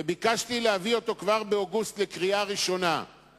וביקשתי להביא אותו לקריאה ראשונה כבר באוגוסט.